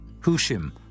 Hushim